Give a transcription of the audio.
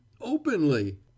Openly